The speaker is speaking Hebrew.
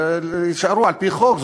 יישארו על-פי חוק.